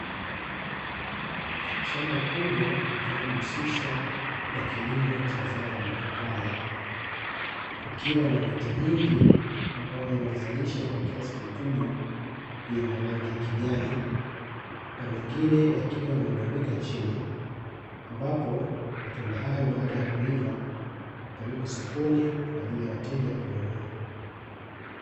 Shamba kubwa linalojihusisha na kilimo cha zao la mapapai, kukiwa na miti mingi ambayo imezalisha kwa kiasi kikubwa yenye rangi ya kijani na mengine yakiwa yamedondoka chini ambapo matunda hayo baada ya kuiva hupelekwa sokoni kwa ajili ya wateja kununua.